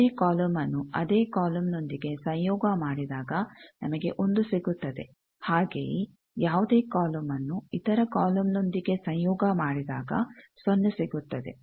ಯಾವುದೇ ಕಾಲಮ್ನ್ನು ಅದೇ ಕಾಲಮ್ನೊಂದಿಗೆ ಸಂಯೋಗ ಮಾಡಿದಾಗ ನಮಗೆ ಒಂದು ಸಿಗುತ್ತದೆ ಹಾಗೆಯೇ ಯಾವುದೇ ಕಾಲಮ್ನ್ನು ಇತರ ಕಾಲಮ್ನೊಂದಿಗೆ ಸಂಯೋಗ ಮಾಡಿದಾಗ ಸೊನ್ನೆ ಸಿಗುತ್ತದೆ